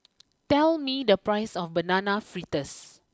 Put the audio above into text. tell me the price of Banana Fritters